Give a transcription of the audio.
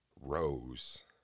rose